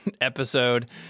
episode